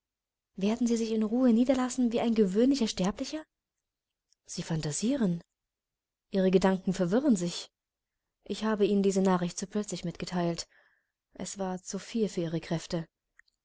werden sie sich in ruhe niederlassen wie ein gewöhnlicher sterblicher sie phantasieren ihre gedanken verwirren sich ich habe ihnen diese nachricht zu plötzlich mitgeteilt es war zuviel für ihre kräfte